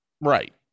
Right